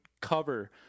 cover